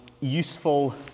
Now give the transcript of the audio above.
useful